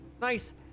nice